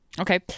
Okay